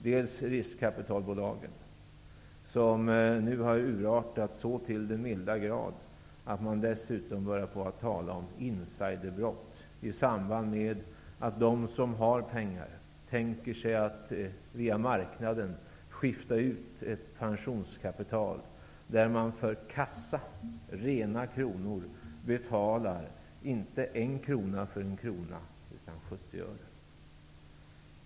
Det finns riskkapitalbolag som nu har urartat så till den milda grad att man dessutom börjar tala om insiderbrott i samband med att de som har pengar tänker sig att via marknaden skifta ut ett pensionskapital där man för rena kronor betalar, inte en krona för en krona, utan 70 öre.